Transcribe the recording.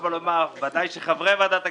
בוודאי חברי ועדת הכספים.